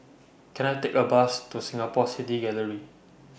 Can I Take A Bus to Singapore City Gallery